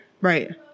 right